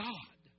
God